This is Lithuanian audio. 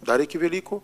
dar iki velykų